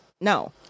no